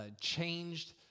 changed